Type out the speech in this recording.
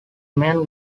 main